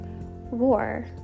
war